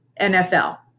NFL